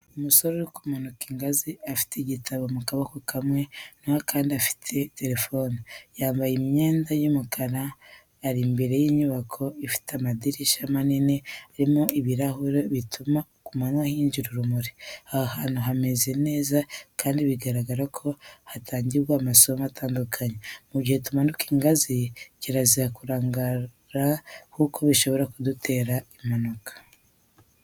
Umusore uri kumanuka ingazi afite igitabo mu kaboko kamwe naho akandi afite telefone. Yambaye imyenda y’umukara, ari imbere y’inyubako ifite amadirishya manini arimo ibirahure bituma ku manywa hinjira urumuri. Aha hantu hameze neza kandi biragaragara ko hatangirwa amasomo atandukanye. Mu gihe tumanuka ingazi kirazira kurangara kuko bishobora gutera impanuka.